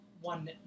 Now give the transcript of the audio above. one